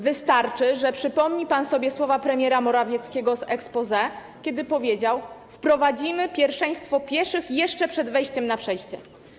Wystarczy, że przypomni pan sobie słowa premiera Morawieckiego z exposé, kiedy powiedział: Wprowadzimy pierwszeństwo pieszych jeszcze przed wejściem na przejście.